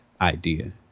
idea